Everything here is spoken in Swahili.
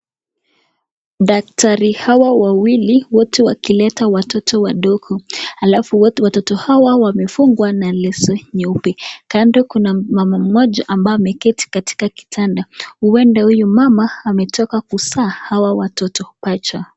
Dakitari hawa wawili wote wakilete watoto wadogo, alafu wote watoto hawa wamefungwa na leso nyeupe. Kando Kuna mama moja ambaye ameketi katika kitanda, uenda huyu mama maetoka kuzaa hawa watoto pacha.